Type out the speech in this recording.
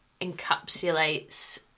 encapsulates